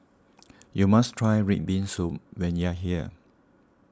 you must try Red Bean Soup when you are here